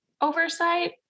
oversight